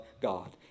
God